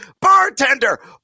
bartender